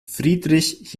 friedrich